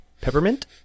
Peppermint